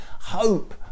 hope